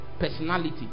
personality